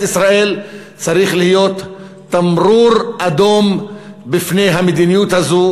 ישראל צריך להיות תמרור אדום בפני המדיניות הזו,